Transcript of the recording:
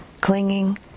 clinging